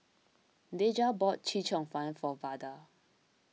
Deja bought Chee Cheong Fun for Vada